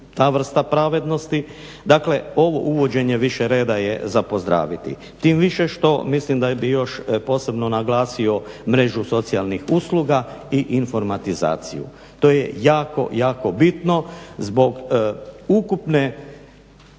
ta vrsta pravednosti. Dakle ovo uvođenje više reda je za pozdraviti. Tim više što mislim da bi još posebno naglasio mrežu socijalnih usluga i informatizaciju. To je jako, jako bitno zbog ukupne